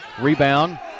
Rebound